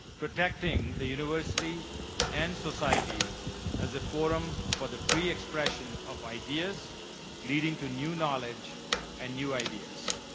protecting the university and society as a forum for the free expression of ideas leading to new knowledge and new ideas.